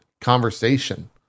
conversation